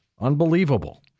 Unbelievable